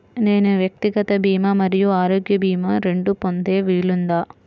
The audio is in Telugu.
నేను వ్యక్తిగత భీమా మరియు ఆరోగ్య భీమా రెండు పొందే వీలుందా?